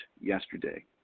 yesterday